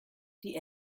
die